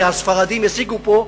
שהספרדים השיגו פה,